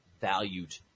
valued